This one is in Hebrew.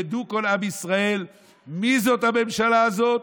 ידעו כל העם ישראל מי זאת הממשלה הזאת,